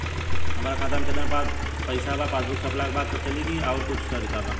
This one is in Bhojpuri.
हमरा खाता में केतना पइसा बा पासबुक छपला के बाद पता चल जाई कि आउर कुछ तरिका बा?